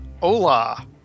Hola